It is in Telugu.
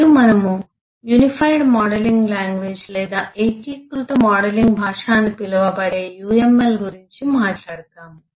మరియు మనము Unified Modeling Language లేదా ఏకీకృత మోడలింగ్ భాష అని పిలువబడే UML భాష గురించి మాట్లాడుతాము